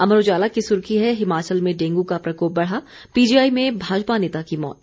अमर उजाला की सुर्खी है हिमाचल में डेंगू का प्रकोप बढ़ा पीजीआई में भाजपा नेता की मौत